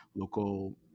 local